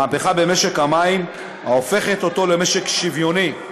מהפכה במשק המים, ההופכת אותו למשק שוויוני.